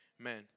amen